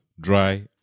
dry